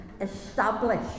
establish